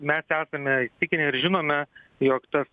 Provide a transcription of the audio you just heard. mes esame įsitikinę ir žinome jog tas